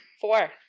Four